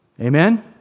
Amen